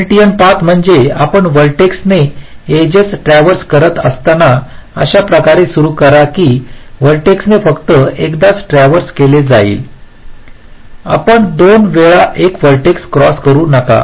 Hamiltonian path म्हणजे आपण वर्टेक्सने एजेस ट्रव्हर्स करत असताना अशा प्रकारे सुरू करा की वर्टेक्सने फक्त एकदाच ट्रव्हर्स केला जाईल आपण दोन वेळा एक वर्टेक्स क्रॉस करू नका